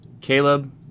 Caleb